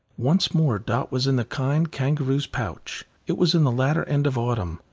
once more dot was in the kind kangaroo's pouch. it was in the latter end of autumn,